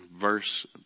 verse